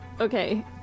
Okay